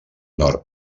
nord